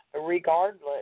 regardless